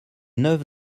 neuve